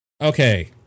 Okay